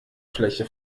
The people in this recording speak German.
fläche